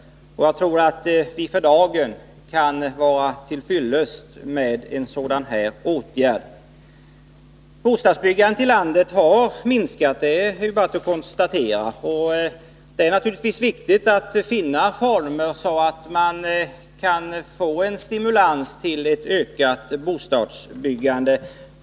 Jag tror att detta för dagen kan vara till fyllest. Bostadsbyggandet i landet har minskat, det är bara att konstatera. Det är naturligtvis viktigt att finna former för en stimulans till ökat bostadsbyggande.